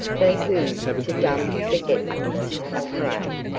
for who, to dumb forgetfulness a prey,